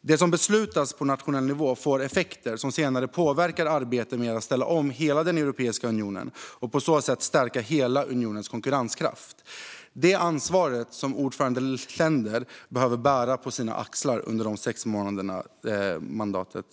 Det som beslutas på nationell nivå får effekter som senare påverkar arbetet med att ställa om hela Europeiska unionen och på så sätt stärka hela unionens konkurrenskraft. Det är det ansvaret som ordförandeländer behöver bära på sina axlar under sitt sexmånadersmandat.